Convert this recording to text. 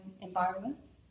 environments